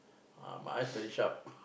ah my eyes very sharp